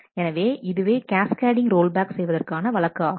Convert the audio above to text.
எனவே இதுவே cascading rollback செய்வதற்கான வழக்கு ஆகும்